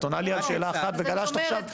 את עונה לי על שאלה אחת, וגלשת עכשיו לתשובה אחרת.